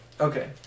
Okay